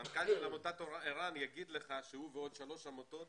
המנכ"ל של עמותת ער"ן יגיד לך שהוא ועוד שלוש עמותות